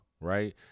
right